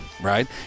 right